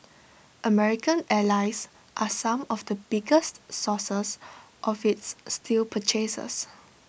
American allies are some of the biggest sources of its steel purchases